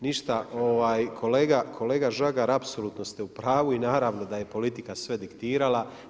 Ništa, kolega Žagar apsolutno ste u pravu i naravno da je politika sve diktirala.